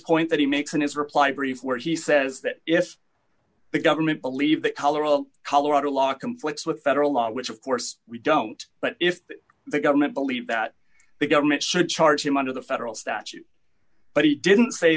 point that he makes in his reply brief where he says that if the government believes that colorado colorado law conflicts with federal law which of course we don't but if the government believe that the government should charge him under the federal statute but he didn't say